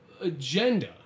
agenda